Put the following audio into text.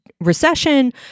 recession